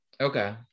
Okay